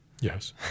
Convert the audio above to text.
Yes